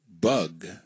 bug